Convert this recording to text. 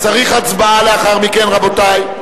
צריך הצבעה לאחר מכן, רבותי.